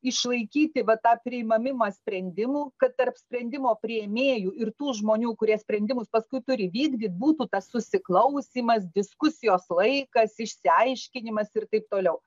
išlaikyti va tą priimamimą sprendimų kad tarp sprendimo priėmėjų ir tų žmonių kurie sprendimus paskui turi vykdyt būtų tas susiklausymas diskusijos laikas išsiaiškinimas ir taip toliau